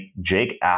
Jake